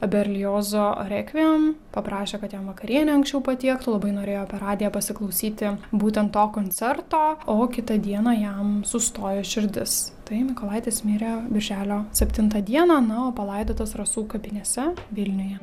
berliozo rekviem paprašė kad jam vakarienę anksčiau patiektų labai norėjo per radiją pasiklausyti būtent to koncerto o kitą dieną jam sustojo širdis tai mykolaitis mirė birželio septintą dieną na o palaidotas rasų kapinėse vilniuje